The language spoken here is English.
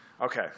Okay